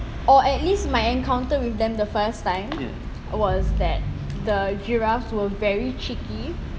or at least my encounter with them the first time was that the giraffes were very cheeky